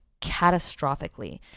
catastrophically